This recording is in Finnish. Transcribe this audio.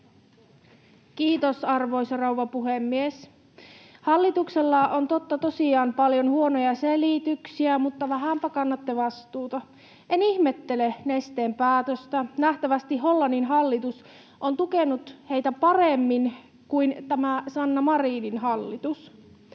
Kiitos, arvoisa rouva puhemies! Hallituksella on totta tosiaan paljon huonoja selityksiä, mutta vähänpä kannatte vastuuta. En ihmettele Nesteen päätöstä. Nähtävästi Hollannin hallitus on tukenut heitä paremmin kuin tämä Sanna Marinin hallitus,